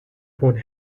phone